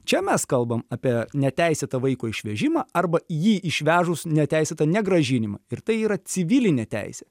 čia mes kalbam apie neteisėtą vaiko išvežimą arba jį išvežus neteisėtą negrąžinimą ir tai yra civilinė teisė